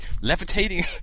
levitating